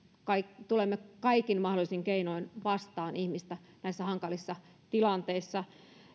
tulemme kaikin mahdollisin keinoin vastaan ihmistä näissä hankalissa tilanteissa